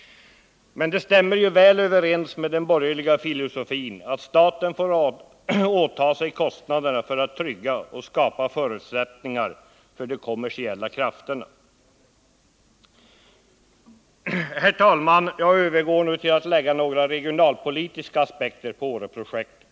Men det stämmer väl överens med den borgerliga filosofin att staten får åta sig kostnaderna för att trygga och skapa förutsättningar för de kommersiella krafterna. Herr talman! Jag övergår nu till att anlägga några regionalpolitiska aspekter på Åreprojektet.